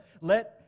Let